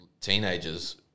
teenagers